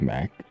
Mac